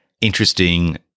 interesting